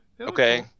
okay